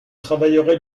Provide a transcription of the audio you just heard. travaillerez